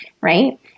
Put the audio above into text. right